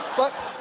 but.